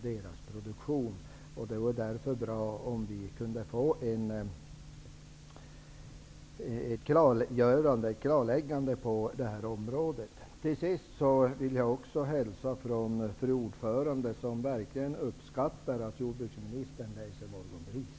Det vore därför bra om vi kunde få ett klarläggande på denna punkt. Till sist vill jag hälsa från fru ordförande, som verkligen uppskattar att jordbruksministern läser tidningen Morgonbris.